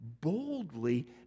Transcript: boldly